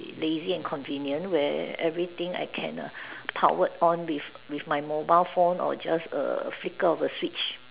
lazy and convenient where everything I can err powered on with with my mobile phone or just a flicker of a Switch